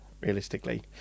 realistically